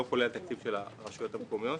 לא כולל התקציב של הרשויות המקומיות.